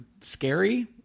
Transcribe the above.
scary